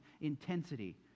intensity